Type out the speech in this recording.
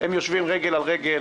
הם יושבים רגל על רגל.